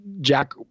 Jack